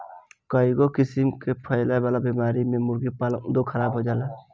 कईगो किसिम कअ फैले वाला बीमारी से मुर्गी पालन उद्योग खराब हो जाला